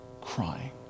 crying